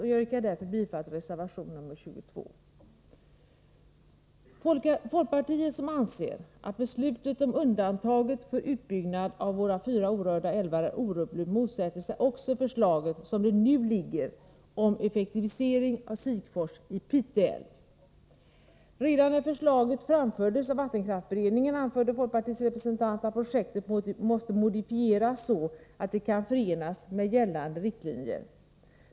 Jag yrkar bifall till reservation nr 22. Folkpartiet, som anser att beslutet om undantaget från utbyggnad av våra fyra orörda älvar är orubbligt, motsätter sig också förslaget som det nu ligger om effektivisering av Sikfors i Pite älv. Redan när förslaget framfördes av vattenkraftsberedningen, anförde folkpartiets representant att projektet måste modifieras så att det kan förenas med gällande riktlinjer.